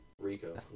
Rico